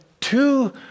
two